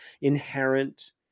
inherent